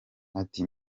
ati